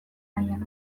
nahian